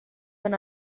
wenn